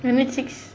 maybe six